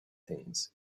things